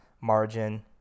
Margin